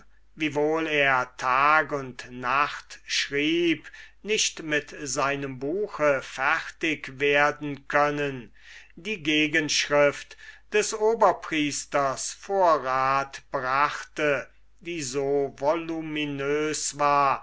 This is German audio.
wiewohl er tag und nacht schrieb nicht mit seinem buche fertig werden können die gegenschrift des oberpriesters vor rat brachte die so voluminos war